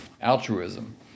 altruism